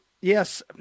Yes